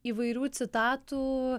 įvairių citatų